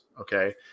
Okay